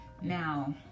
Now